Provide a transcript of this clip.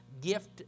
gift